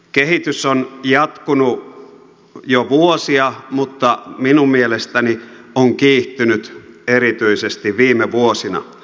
kehitys on jatkunut jo vuosia mutta on minun mielestäni kiihtynyt erityisesti viime vuosina